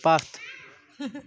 پتھ